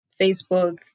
Facebook